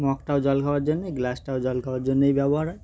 মগটাও জল খাওয়ার জন্যে গ্লাসটাও জল খাওয়ার জন্যই ব্যবহার হয়